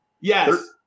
Yes